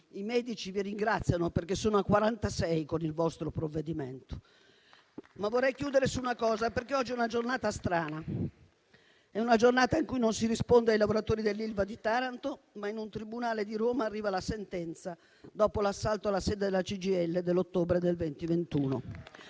I medici vi ringraziano, perché sono a quarantasei con il vostro provvedimento. Ma vorrei chiudere su una cosa, perché oggi è una giornata strana. È una giornata in cui non si risponde ai lavoratori dell'Ilva di Taranto, ma in un tribunale di Roma arriva la sentenza dopo l'assalto alla sede della CGIL dell'ottobre 2021.